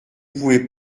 pouvez